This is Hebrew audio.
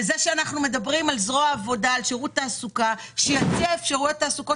אני רוצה ששירות התעסוקה יציע אפשרויות תעסוקה